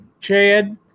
Chad